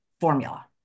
formula